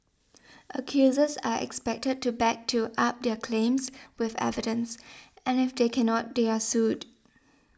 accusers are expected to back to up their claims with evidence and if they cannot they are sued